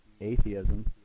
atheism